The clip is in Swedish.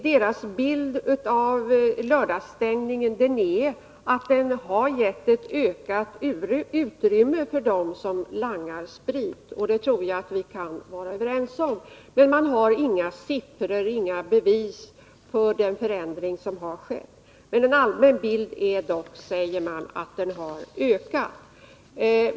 Deras bild av lördagsstängningen är att den har gett ett ökat utrymme för dem som langar sprit. Det tror jag att vi kan vara överens om. Men polisen har inga siffror eller bevis för den förändring som har skett. En allmän uppfattning är dock att langningen har ökat.